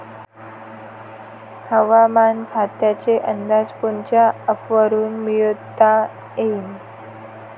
हवामान खात्याचा अंदाज कोनच्या ॲपवरुन मिळवता येईन?